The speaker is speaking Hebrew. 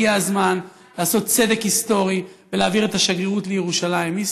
הגיע הזמן לעשות צדק היסטורי ולהעביר את השגרירות לירושלים.